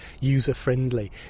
user-friendly